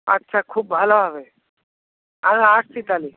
আচ্ছা খুব ভালো হবে আমি আসছি তাহলে